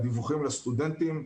הדיווחים לסטודנטים,